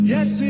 Yes